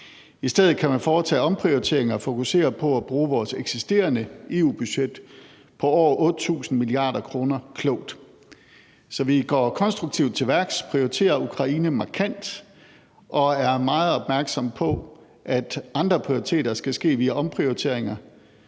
I stedet kan man foretage omprioriteringer og fokusere på at bruge vores eksisterende EU-budget på over 8.000 mia. kr. klogt. Så vi går konstruktivt til værks, prioriterer Ukraine markant og er meget opmærksom på, at andre prioriteter skal ske via omprioriteringer.